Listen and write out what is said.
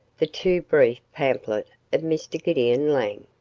the too brief pamphlet of mr. gideon lang,